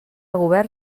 govern